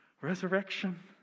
Resurrection